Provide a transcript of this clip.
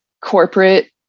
corporate